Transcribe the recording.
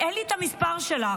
אין לי את המספר שלך.